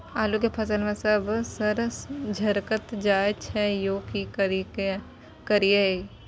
आलू के फसल में पता सब झरकल जाय छै यो की करियैई?